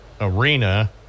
arena